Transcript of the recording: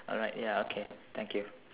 alright ya okay thank you